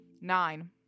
Nine